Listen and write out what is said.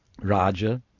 Raja